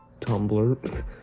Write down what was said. Tumblr